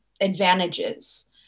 advantages